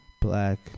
black